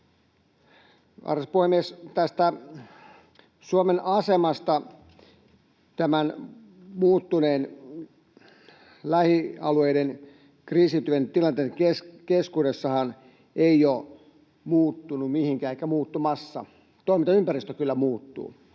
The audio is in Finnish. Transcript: Arvoisa puhemies! Tämä Suomen asema lähialueiden kriisityön tilanteessahan ei ole muuttunut mihinkään eikä ole muuttumassa. Toimintaympäristö kyllä muuttuu,